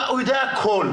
הוא יודע הכול.